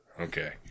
Okay